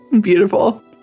Beautiful